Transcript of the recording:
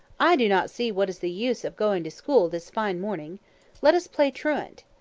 i do not see what is the use of going to school this fine morning let us play truant.